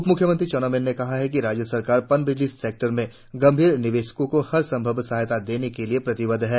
उपमुख्यमंत्री चाउना मैन ने कहा है कि राज्य सरकार पनबिजली सेक्टर में गंभीर निवेशकों को हर संभव सहायता देने के लिए प्रतिबद्ध है